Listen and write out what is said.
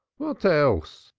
what else?